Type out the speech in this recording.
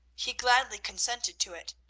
he gladly consented to it,